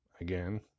again